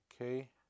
Okay